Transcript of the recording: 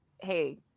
hey